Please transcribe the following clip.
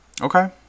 Okay